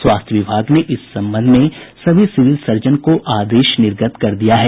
स्वास्थ्य विभाग ने इस संबंध में सभी सिविल सर्जन को आदेश निर्गत कर दिया है